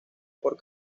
por